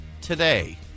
today